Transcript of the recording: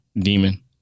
Demon